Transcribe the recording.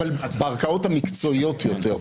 אבל בערכאות המקצועיות יותר,